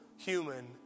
Human